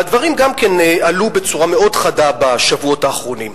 והדברים גם כן עלו בצורה מאוד חדה בשבועות האחרונים.